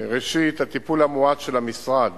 ראשית, הטיפול המואץ של המשרד